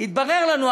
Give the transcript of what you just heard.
התברר לנו,